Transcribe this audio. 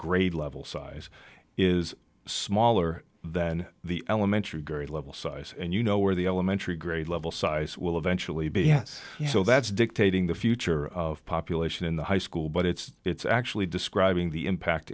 grade level size is smaller than the elementary grade level size and you know where the elementary grade level size will eventually be yes so that's dictating the future of population in the high school but it's actually describing the impact